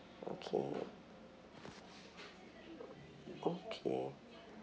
okay okay